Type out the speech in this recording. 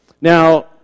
Now